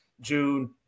June